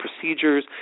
procedures